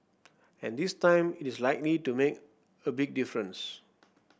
and this time it is likely to make a big difference